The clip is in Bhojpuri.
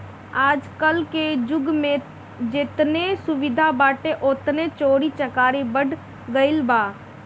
आजके जुग में जेतने सुविधा बाटे ओतने चोरी चकारी बढ़ गईल बा